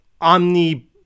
omni